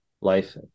life